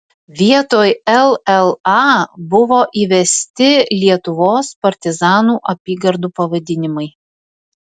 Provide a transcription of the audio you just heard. vietoj lla buvo įvesti lietuvos partizanų apygardų pavadinimai